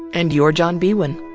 and you're john biewen.